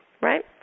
right